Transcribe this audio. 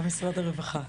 גם משרד הרווחה.